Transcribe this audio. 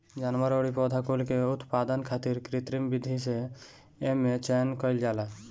जानवर अउरी पौधा कुल के उत्पादन खातिर कृत्रिम विधि से एमे चयन कईल जाला